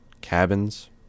cabins